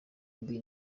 mbi